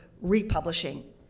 republishing